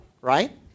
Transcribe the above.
right